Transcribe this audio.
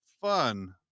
fun